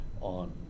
on